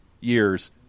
years